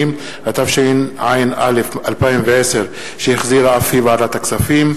180), התשע"א 2010, שהחזירה ועדת הכספים.